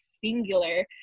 singular